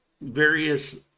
various